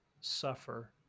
suffer